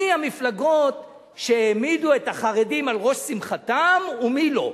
מי המפלגות שהעמידו את החרדים על ראש שמחתן ומי לא: